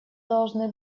должны